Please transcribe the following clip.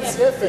ארנסט יפת.